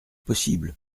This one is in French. possible